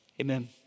Amen